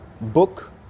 book